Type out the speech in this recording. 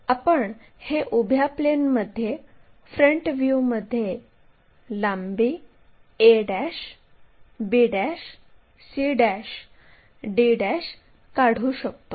आपण हे उभ्या प्लेनमध्ये फ्रंट व्ह्यूमध्ये लांबी a b c d काढू शकतो